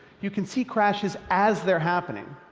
you can see crashes as they're happening.